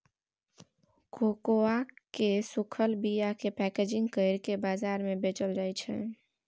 cocoa केर सूखल बीयाकेँ पैकेजिंग करि केँ बजार मे बेचल जाइ छै